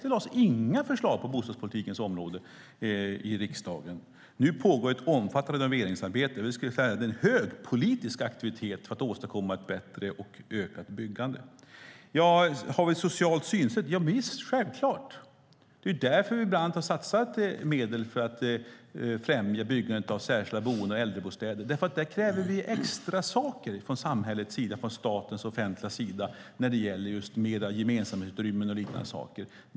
Det lades inte fram några förslag på bostadspolitikens område i riksdagen. Nu pågår ett omfattande arbete. Jag skulle vilja säga att det är en hög politisk aktivitet för att åstadkomma ett bättre och ökat byggande. Har vi ett socialt synsätt? Javisst, självklart. Det är därför vi bland annat har satsat medel för att främja byggandet av särskilda boenden och äldrebostäder. Där kräver vi extrasaker från samhällets sida, från statens och det offentligas sida, när det gäller mer gemensamma utrymmen och liknande saker.